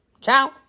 Ciao